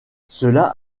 cela